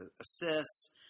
assists